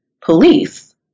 police